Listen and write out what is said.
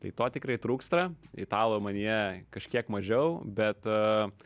tai to tikrai trūksta italo manyje kažkiek mažiau bet